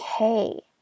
okay